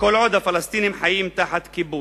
כל עוד הפלסטינים חיים תחת כיבוש."